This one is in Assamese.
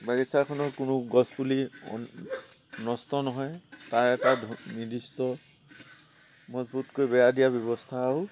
বাগিচাখনত কোনো গছপুলি নষ্ট নহয় তাৰ এটা নিৰ্দিষ্ট মজবুতকৈ বেৰা দিয়া ব্যৱস্থাও